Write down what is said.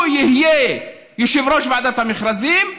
הוא יהיה יושב-ראש ועדת המכרזים.